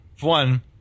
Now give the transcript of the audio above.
one